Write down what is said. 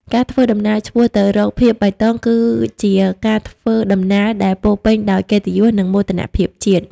ការធ្វើដំណើរឆ្ពោះទៅរកភាពបៃតង គឺជាការធ្វើដំណើរដែលពោរពេញដោយកិត្តិយស និងមោទនភាពជាតិ។